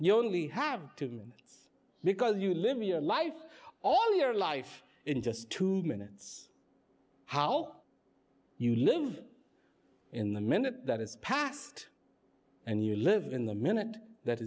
you only have two minutes because you live your life all your life in just two minutes how you live in the minute that is past and you live in the minute that